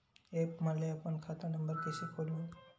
App म ले अपन खाता नम्बर कइसे खोलहु?